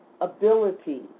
ability